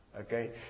Okay